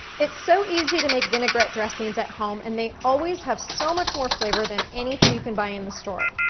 it's so easy to make vinaigrette dressings at home, and they always have so much more flavor than anything you can buy in the store.